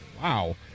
Wow